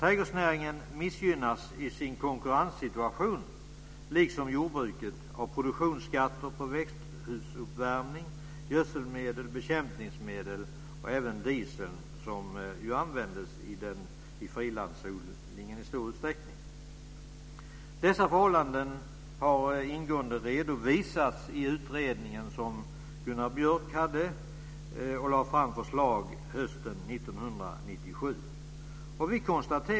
Trädgårdsnäringen missgynnas i sin konkurrenssituation liksom jordbruket av produktionsskatter på växthusuppvärmning, gödselmedel, bekämpningsmedel och även diesel, som ju användes i frilandsodlingen i stor utsträckning. Dessa förhållanden har ingående redovisats i den utredning som Gunnar Björk gjorde och som lade fram förslag hösten 1997.